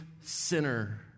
sinner